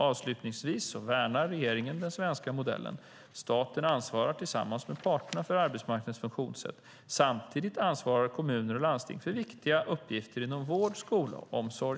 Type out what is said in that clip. Avslutningsvis värnar regeringen den svenska modellen. Staten ansvarar tillsammans med parterna för arbetsmarknadens funktionssätt. Samtidigt ansvarar kommuner och landsting för viktiga uppgifter inom vård, skola och omsorg.